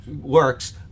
works